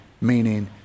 Meaning